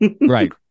right